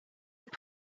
have